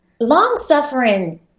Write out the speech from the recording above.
Long-suffering